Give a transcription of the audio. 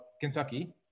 Kentucky